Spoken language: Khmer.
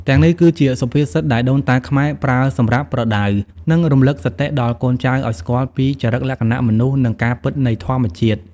ទាំងនេះគឺជាសុភាសិតដែលដូនតាខ្មែរប្រើសម្រាប់ប្រដៅ និងរំលឹកសតិដល់កូនចៅឱ្យស្គាល់ពីចរិតលក្ខណៈមនុស្ស និងការពិតនៃធម្មជាតិ។